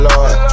Lord